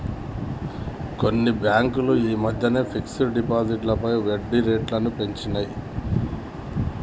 కొన్ని బ్యేంకులు యీ మద్దెనే ఫిక్స్డ్ డిపాజిట్లపై వడ్డీరేట్లను పెంచినియ్